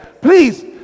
Please